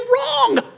wrong